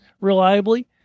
reliably